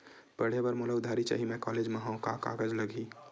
पढ़े बर मोला उधारी चाही मैं कॉलेज मा हव, का कागज लगही?